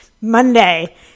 Monday